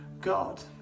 God